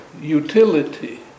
utility